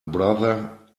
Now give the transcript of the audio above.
brother